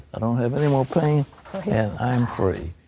i don't have anymore pain and i'm free.